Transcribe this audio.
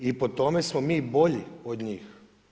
I po tome smo mi bolji od njih.